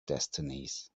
destinies